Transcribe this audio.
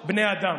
יש בני אדם,